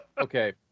Okay